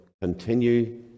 Continue